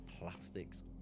plastics